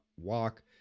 walk